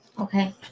Okay